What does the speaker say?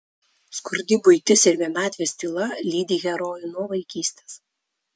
skurdi buitis ir vienatvės tyla lydi herojų nuo vaikystės